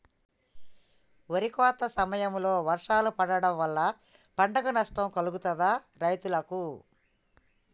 వరి కోత సమయంలో వర్షాలు పడటం వల్ల పంట నష్టం కలుగుతదా రైతులకు?